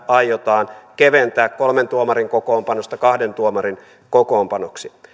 aiotaan keventää kolmen tuomarin kokoonpanosta kahden tuomarin kokoonpanoksi